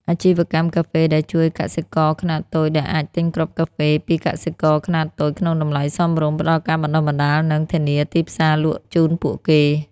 អាជីវកម្មកាហ្វេដែលជួយកសិករខ្នាតតូច ដែលអាចទិញគ្រាប់កាហ្វេពីកសិករខ្នាតតូចក្នុងតម្លៃសមរម្យ ផ្តល់ការបណ្តុះបណ្តាល និងធានាទីផ្សារលក់ជូនពួកគេ។